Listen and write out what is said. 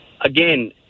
again